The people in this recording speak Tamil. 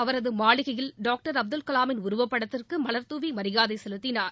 அவரது மாளிகையில் டாக்டர் அப்துல் கலாமின் உருவப்படத்திற்கு மலர்தூவி மரியாதை செலுத்தினார்